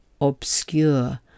obscure